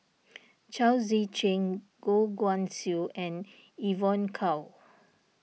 Chao Tzee Cheng Goh Guan Siew and Evon Kow